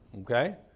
Okay